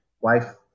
Wife